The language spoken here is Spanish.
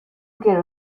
quiero